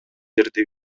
жерде